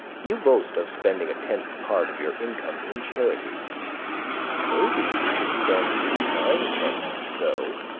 you boast of spending a tenth part of your income in charity maybe you should spend the nine tenths so,